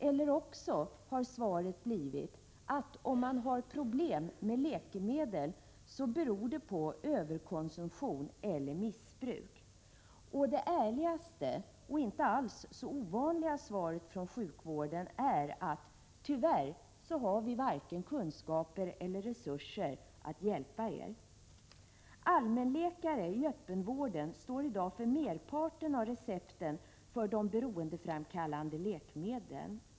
Eller också har svaret blivit: Om man har problem med läkemedel så beror det på överkonsumtion eller missbruk. Det ärligaste och inte alls ovanliga svaret från sjukvården är: Tyvärr har vi varken kunskaper eller resurser att hjälpa er. Allmänläkare i öppenvården står i dag för merparten av recepten för de beroendeframkallande läkemedlen.